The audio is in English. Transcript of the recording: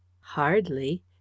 Hardly